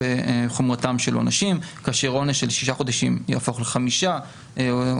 ובחומרתם של עונשים כאשר עונש של שישה חודשים יהפוך לחמישה חודשים,